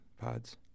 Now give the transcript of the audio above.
Pods